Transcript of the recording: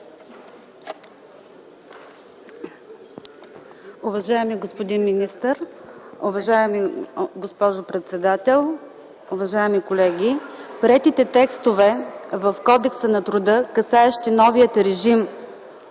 Уважаеми господин министър, уважаема госпожо председател, уважаеми колеги! Приетите текстове в Кодекса на труда, касаещи новия режим